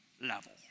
level